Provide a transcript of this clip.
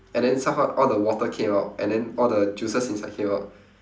and then somehow all the water came out and then all the juices inside came out